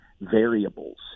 variables